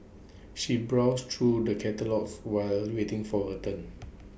she browsed through the catalogues while waiting for her turn